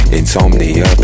Insomnia